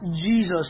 Jesus